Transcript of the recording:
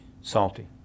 Salty